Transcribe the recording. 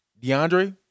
DeAndre